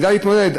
נדע להתמודד?